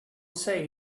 say